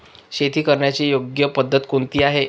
शेती करण्याची योग्य पद्धत कोणती आहे?